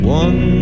one